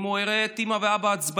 אם הוא יראה את אימא ואבא עצבניים,